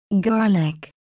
Garlic